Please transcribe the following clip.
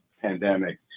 pandemic